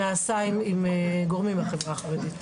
זה נעשה עם גורמים בחברה החרדית.